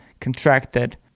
contracted